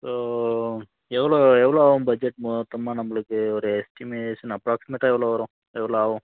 ஓ எவ்வளோ எவ்வளோ ஆவும் பட்ஜெட் மொத்தமாக நம்மளுக்கு ஒரு எஸ்டிமேஷன் அப்ராக்ஸிமேட்டாக எவ்வளோ வரும் எவ்வளோ ஆவும்